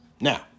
Now